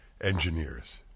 engineers